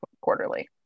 quarterly